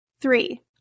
Three